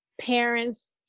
parents